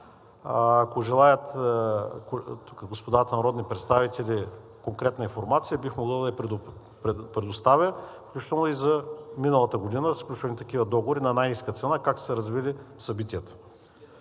Ако желаят господата народни представители конкретна информация, бих могъл да я предоставя, включително и за миналата година са сключвани такива договори на най-ниска цена, как са се развили събитията.